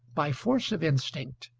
by force of instinct,